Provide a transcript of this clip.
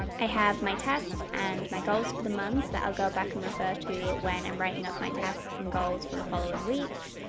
i have my tests and my goals for the month that i'll go back and refer to when i'm writing up my tasks and goals for the following weeks